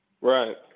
Right